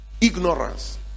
ignorance